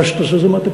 נא תעשה את זה מהתקציב.